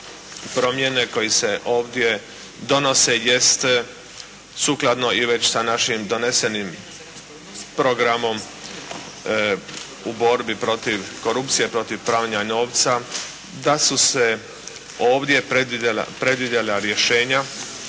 promjene koje se ovdje donose jest sukladno i sa našim donesenim programom u borbi protiv korupcije, protiv pranja novca, da su se ovdje predvidjela rješenja